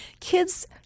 Kids